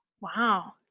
wow